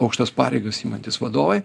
aukštas pareigas imantys vadovai